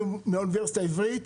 האוניברסיטה העברית.